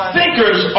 Thinkers